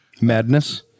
madness